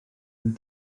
wyt